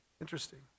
Interesting